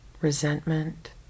resentment